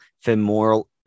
femoral